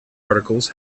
articles